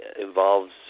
involves